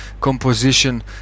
composition